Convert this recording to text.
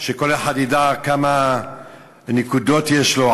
שכל אחד ידע כמה נקודות יש לו,